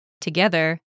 Together